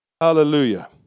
Hallelujah